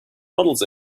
models